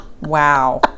Wow